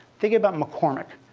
think about mccormick.